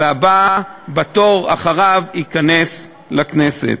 והבא בתור אחריו ייכנס לכנסת.